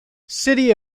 city